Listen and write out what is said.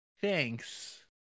thanks